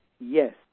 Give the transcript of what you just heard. Yes